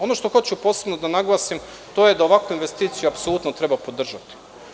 Ono što hoću posebno da naglasim to je da ovakvu investiciju apsolutno treba podržati.